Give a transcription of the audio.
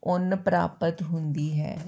ਉੱਨ ਪ੍ਰਾਪਤ ਹੁੰਦੀ ਹੈ